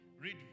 Read